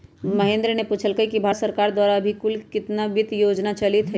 महेंद्र ने पूछल कई कि भारत सरकार द्वारा अभी कुल कितना वित्त योजना चलीत हई?